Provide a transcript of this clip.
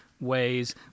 ways